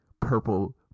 purple